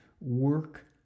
work